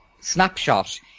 snapshot